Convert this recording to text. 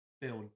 build